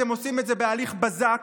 אתם עושים את זה בהליך בזק,